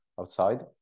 outside